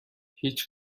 هیچ